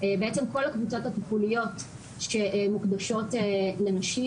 בעצם כל הקבוצות הטיפוליות שמוקדשות לנשים